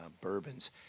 bourbons